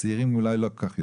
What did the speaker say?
הצעירים אולי לא כל כך יודעים,